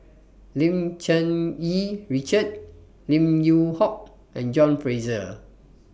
Lim Cherng Yih Richard Lim Yew Hock and John Fraser